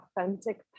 authentic